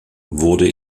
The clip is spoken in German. wurde